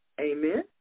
Amen